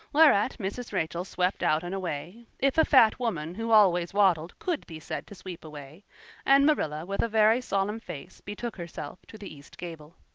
whereat mrs. rachel swept out and away if a fat woman who always waddled could be said to sweep away and marilla with a very solemn face betook herself to the east gable.